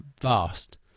vast